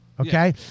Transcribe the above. Okay